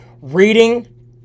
reading